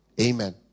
Amen